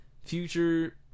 Future